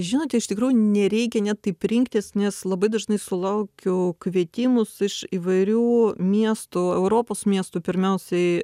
žinote iš tikrųjų nereikia net taip rinktis nes labai dažnai sulaukiu kvietimus iš įvairių miestų europos miestų pirmiausiai